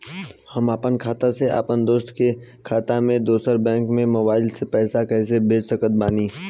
हम आपन खाता से अपना दोस्त के खाता मे दोसर बैंक मे मोबाइल से पैसा कैसे भेज सकत बानी?